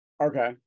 okay